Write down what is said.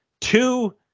two